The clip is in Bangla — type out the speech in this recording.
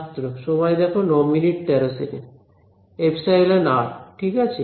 ছাত্র ε ঠিক আছে